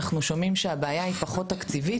אנחנו שומעים שהבעיה היא פחות תקציבית,